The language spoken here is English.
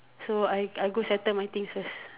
so I I go settle my things first